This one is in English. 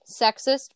sexist